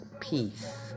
Peace